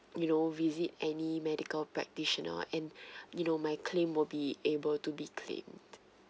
you know visit any medical practitioner and you know my claim would be able to be claim